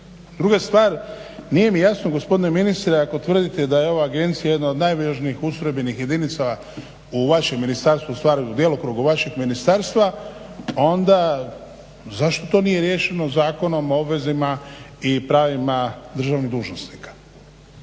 Druga stvar, nije mi jasno gospodine ministre ako tvrdite da je ova Agencija jedna od najvažnijih ustrojbenih jedinica u vašem ministarstvu i u djelokrugu vašeg ministarstva onda zašto to nije riješeno Zakonom o obvezama i pravima državnih dužnosnika.